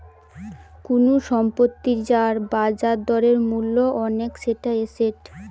কুনু সম্পত্তি যার বাজার দরে মূল্য অনেক সেটা এসেট